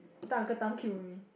later Uncle-Tham queue with me